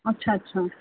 अछा अछा